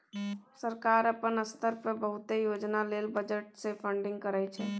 सरकार अपना स्तर पर बहुते योजना लेल बजट से फंडिंग करइ छइ